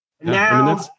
Now –